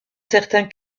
certains